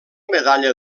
medalla